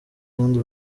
kandi